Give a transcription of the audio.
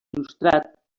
il·lustrat